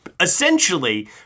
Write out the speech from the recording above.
Essentially